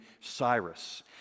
Cyrus